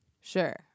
sure